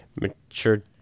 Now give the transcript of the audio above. mature